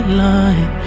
line